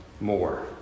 more